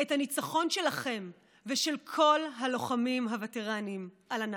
את הניצחון שלכם ושל כל הלוחמים הווטרנים על הנאצים.